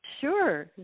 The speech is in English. sure